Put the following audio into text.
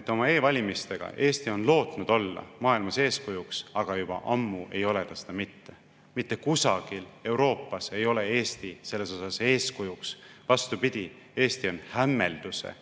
et oma e‑valimistega on Eesti lootnud olla maailmas eeskujuks, aga juba ammu ei ole ta seda mitte. Mitte kusagil Euroopas ei ole Eesti siin eeskujuks. Vastupidi, Eesti on hämmelduse